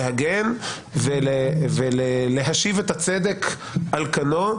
להגן ולהשיב את הצדק על כנו,